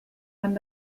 wenn